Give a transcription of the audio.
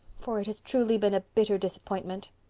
for it has truly been a bitter disappointment.